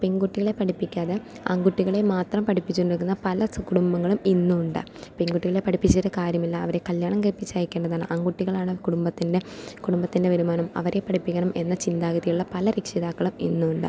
പെൺകുട്ടികളെ പഠിപ്പിക്കാതെ ആൺകുട്ടികളെ മാത്രം പഠിപ്പിച്ചുകൊണ്ട് നിൽക്കുന്ന പല കുടുംബങ്ങളും ഇന്നും ഉണ്ട് പെൺകുട്ടികളെ പഠിപ്പിച്ചിട്ട് കാര്യമില്ല അവരെ കല്യാണം കഴിപ്പിച്ചയക്കേണ്ടതാണ് ആൺകുട്ടികളാണ് കുടുംബത്തിൻ്റെ കുടുംബത്തിൻ്റെ വരുമാനം അവരെ പഠിപ്പിക്കണം എന്ന ചിന്താഗതിയുള്ള പല രക്ഷിതാക്കളും ഇന്നുമുണ്ട്